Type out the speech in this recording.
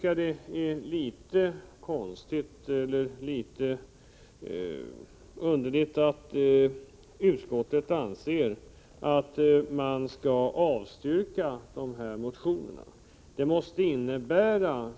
Jag tycker det är förvånande att utskottet avstyrker motionerna.